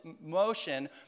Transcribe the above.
motion